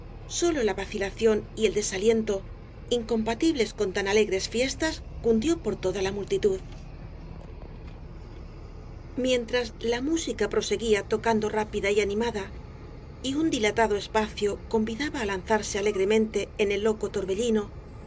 sólo la vacilación y el desaliento incompatibles con tan alegres fiestas cundió por toda la multitud el caballero de las botas azules mientras la música proseguía tocando rápida y animada y un dilatado espacio convidaba á lanzarse alegremente en el loco torbellino